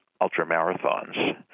ultra-marathons